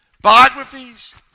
Biographies